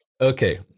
Okay